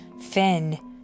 Finn